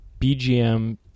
BGM